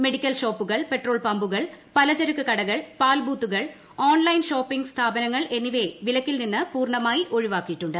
medical ഷോപ്പൂക്ൾ petrol പമ്പൂകൾ പലചരക്കു കടകൾ പാൽ ബൂത്തുകൾ ഓൺലൈൻ ഷോപ്പിംഗ് സ്ഥാപനങ്ങൾ എന്നിവയെ പ്പില്ക്കിൽ നിന്ന് പൂർണ്ണമായി ഒഴിവാക്കിയിട്ടുണ്ട്